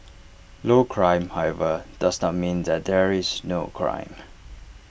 low crime however does not mean that there is no crime